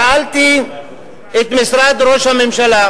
שאלתי את משרד ראש הממשלה,